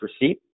receipt